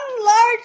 large